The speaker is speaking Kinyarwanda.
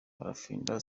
barafinda